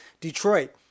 Detroit